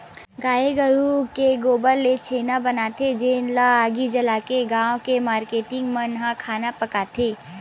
गाये गरूय के गोबर ले छेना बनाथे जेन ल आगी जलाके गाँव के मारकेटिंग मन ह खाना पकाथे